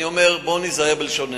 אני אומר: בואו ניזהר בלשוננו.